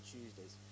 Tuesdays